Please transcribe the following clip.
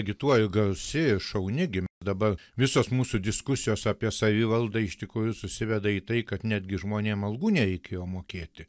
agituoju gausi šauni gi dabar visos mūsų diskusijos apie savivaldą iš tikrųjų susiveda į tai kad netgi žmonėm algų nereikėjo mokėti